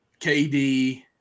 KD